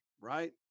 Right